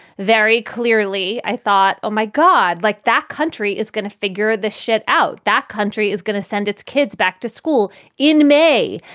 very clearly i thought, oh, my god, like that country is going to figure the shit out. that country is going to send its kids back to school in may.